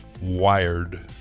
wired